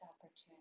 opportunity